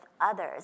others